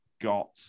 got